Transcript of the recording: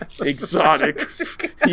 Exotic